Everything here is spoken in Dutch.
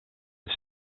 het